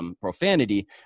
profanity